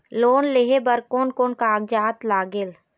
Loan लेहे बर कोन कोन कागजात लागेल?